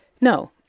no